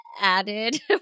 added